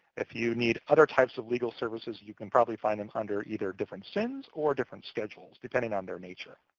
if you need other types of legal services, you can probably find them under either different sin's or different schedules, depending on their nature.